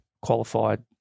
qualified